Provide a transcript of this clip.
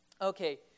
okay